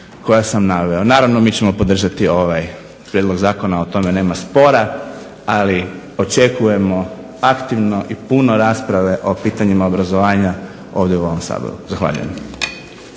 koja sam naveo. Naravno mi ćemo podržati ovaj prijedlog zakona, o tome nema spora. Ali, očekujemo aktivno i puno rasprave o pitanjima obrazovanja ovdje u ovom Saboru. Zahvaljujem.